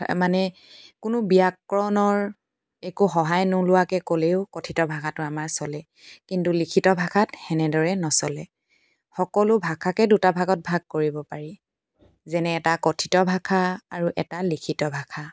মানে কোনো ব্যাকৰণৰ একো সহায় নোলোৱাকৈ ক'লেও কঠিত ভাষাটো আমাৰ চলে কিন্তু লিখিত ভাষাত সেনেদৰে নচলে সকলো ভাষাকে দুটা ভাগত ভাগ কৰিব পাৰি যেনে এটা কঠিত ভাষা আৰু এটা লিখিত ভাষা